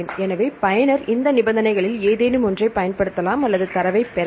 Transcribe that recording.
எனவே பயனர் இந்த நிபந்தனைகளில் ஏதேனும் ஒன்றைப் பயன்படுத்தலாம் அல்லது தரவைப் பெறலாம்